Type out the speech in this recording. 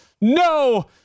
no